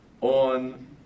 on